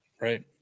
Right